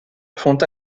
font